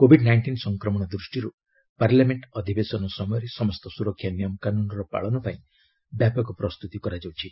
Covid nineteen ସଂକ୍ରମଣ ଦୃଷ୍ଟିର୍ parliament ଅଧିବେସନ ସମୟରେ ସମସ୍ତ ସୁରକ୍ଷା ନିୟମକାନୁନ୍ର ପାଳନ ପାଇଁ ବ୍ୟାପକ ପ୍ରସ୍ତୁତି କରାଯାଉଛି